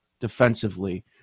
defensively